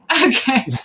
Okay